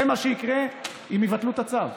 זה מה שיקרה אם יבטלו את הצו.